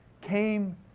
came